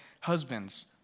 husbands